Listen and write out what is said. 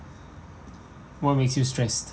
what make you stressed